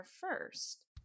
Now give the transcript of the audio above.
first